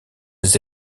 des